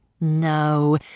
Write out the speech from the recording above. No